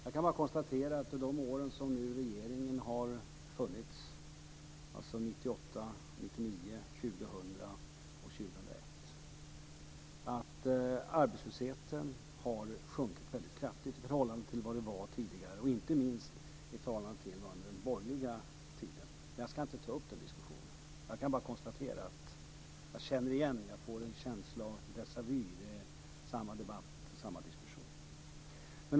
Jag kan bara konstatera att de år som regeringen nu har arbetat, alltså 1998, 1999, 2000 och 2001, har arbetslösheten sjunkit väldigt kraftigt i förhållande till den nivå den hade tidigare, inte minst under den borgerliga tiden. Men jag ska inte ta upp den diskussionen. Jag kan bara konstatera att jag får en känsla av déjà vu. Det är samma debatt, samma diskussion.